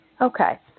Okay